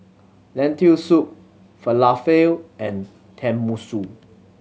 Lentil Soup Falafel and Tenmusu